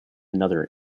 another